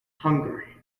hungary